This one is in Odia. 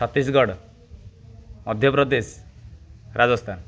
ଛତିଶଗଡ଼ ମଧ୍ୟପ୍ରଦେଶ ରାଜସ୍ଥାନ